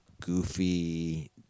goofy